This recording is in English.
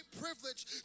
privilege